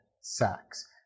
sex